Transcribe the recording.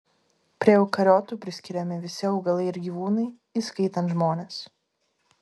prie eukariotų priskiriami visi augalai ir gyvūnai įskaitant žmones